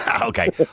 Okay